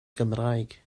gymraeg